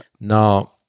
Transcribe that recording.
Now